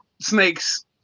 snakes